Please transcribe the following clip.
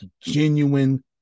genuine